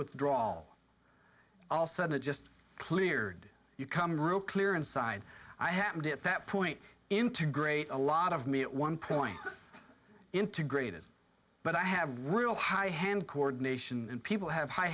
withdrawal all sudden just cleared you come real clear inside i happened at that point integrate a lot of me at one point integrated but i have real high hand coordination and people have high